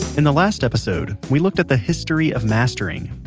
in the last episode, we looked at the history of mastering.